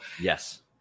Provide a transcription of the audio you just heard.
yes